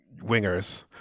wingers